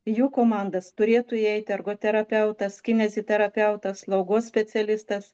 į jų komandas turėtų įeiti ergoterapeutas kineziterapeutas slaugos specialistas